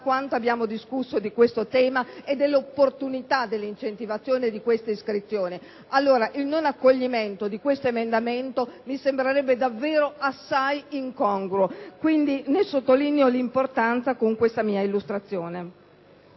quanto abbiamo discusso di questo tema e dell’opportunita dell’incentivazione di queste iscrizioni. Il non accoglimento di questo emendamento mi sembrerebbe davvero assai incongruo. Ne sottolineo l’importanza con questa mia illustrazione.